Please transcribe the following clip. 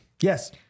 Yes